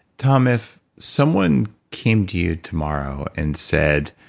tom, if someone came to you tomorrow and said,